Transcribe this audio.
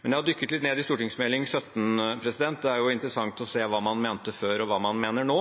Men jeg har dukket litt ned i innstillingen til Meld. St. 17 for 2018–2019. Det er interessant å se hva man mente før, og hva man mener nå.